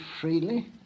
freely